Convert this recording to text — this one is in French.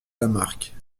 lamarque